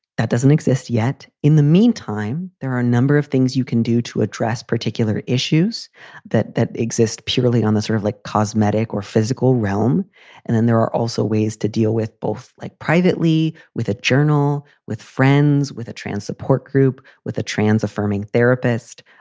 that doesn't exist yet. in the meantime, there are a number of things you can do to address particular issues that that exist purely on the sort of like cosmetic or physical realm and then there are also ways to deal with both like privately, with a journal, with friends, with a trans support group, with a trans affirming therapist,